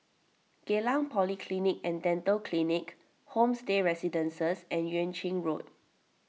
Geylang Polyclinic and Dental Clinic Homestay Residences and Yuan Ching Road